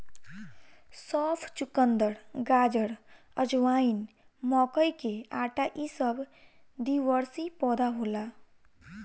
सौंफ, चुकंदर, गाजर, अजवाइन, मकई के आटा इ सब द्विवर्षी पौधा होला